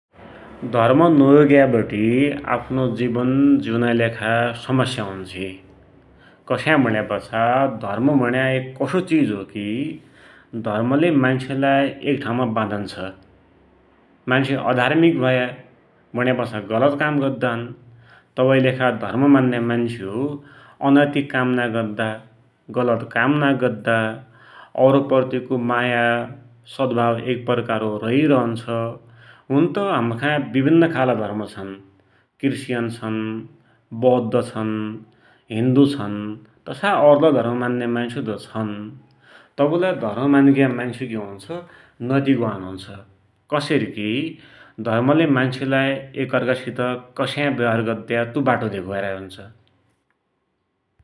धर्म नहोइग्याबटी आफ्नो जीवन ज्यूनाकी लेखा समस्या हुन्छि, कस्या भुण्यापाछा धर्म भुण्या एक कसो चिज हो कि धर्मले मान्सलाइ एक ठाउँमा वाधन्छ । मान्सी अधार्मीक भया भुण्यापाछा गलत काम गद्दान, तवैकिलेखा धर्म मान्या मान्सु अनैतिक काम नाइ गद्दा, गलत काम नाइ गद्दा, औरप्रतिको माया सद्भाव एक प्रकारको रइ रन्छ, हुनत हमखाइ विभिन्न खालका धर्म छन्, क्रिस्टीयन छन, बौद्ध छन्, हिन्दु छन् तसाइ औरलै धर्म मान्या मान्सुत छन्, तबलै धर्म मान्या मान्स नैतिकवान हुन्छ, कसेरीकि धर्मले मान्सलाई एक अर्खासित कस्या व्यवहार गद्या तु बाटो धेकाइराखुन्छ ।